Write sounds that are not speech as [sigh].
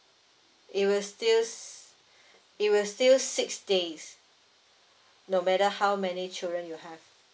it will still s~ [breath] it will still six days no matter how many children you have